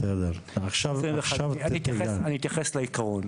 אני אתייחס לעיקרון.